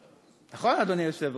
נכון, אדוני היושב-ראש?